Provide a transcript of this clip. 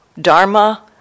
dharma